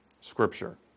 Scripture